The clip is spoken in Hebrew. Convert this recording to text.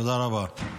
תודה רבה.